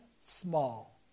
Small